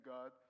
God